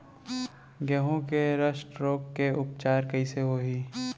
गेहूँ के रस्ट रोग के उपचार कइसे होही?